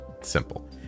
simple